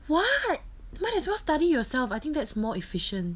what might as well study yourself I think that's more efficient